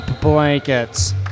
blankets